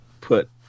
put